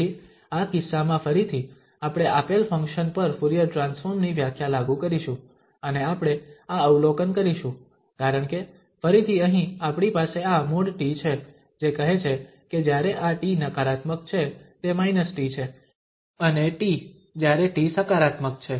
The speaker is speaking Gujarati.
તેથી આ કિસ્સામાં ફરીથી આપણે આપેલ ફંક્શન પર ફુરીયર ટ્રાન્સફોર્મ ની વ્યાખ્યા લાગુ કરીશું અને આપણે આ અવલોકન કરીશું કારણ કે ફરીથી અહીં આપણી પાસે આ |t| છે જે કહે છે કે જ્યારે આ t નકારાત્મક છે તે −t છે અને t જ્યારે t સકારાત્મક છે